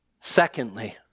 Secondly